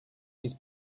dies